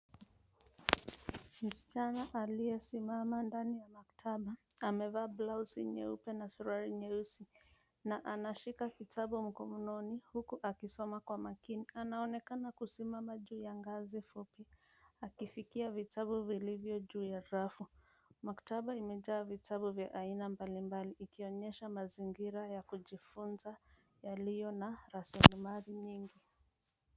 Msichana aliyesimama ndani ya makitaba amevaa blausi nyeupe na suruali nyeusi, na anashika vitabu mkononi, huku akisoma kwa makini. Anaonekana kusimama juu ya ngazi fupi, akifikia vitabu vilivyo juu ya rafu. Maktaba imejaa vitabu vya aina mbalimbali, ikionyesha mazingira ya kujifunza yaliyo na rasilimali nyingi.